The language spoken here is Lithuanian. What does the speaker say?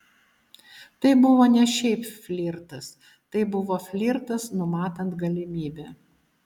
tai buvo ne šiaip flirtas tai buvo flirtas numatant galimybę